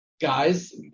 guys